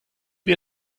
wir